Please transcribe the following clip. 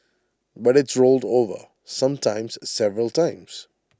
but it's rolled over sometimes several times